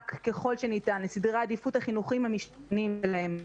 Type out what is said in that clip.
ככל שניתן לסדרי העדיפויות החינוכיים המשתנים שלהם.